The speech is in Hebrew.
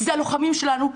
זה הלוחמים שלנו,